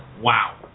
Wow